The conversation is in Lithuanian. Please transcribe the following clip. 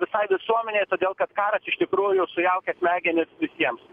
visai visuomenei todėl kad karas iš tikrųjų sujaukia smegenis visiems